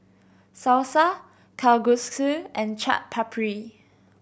Salsa Kalguksu and Chaat Papri